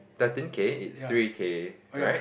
thirteen K is three K right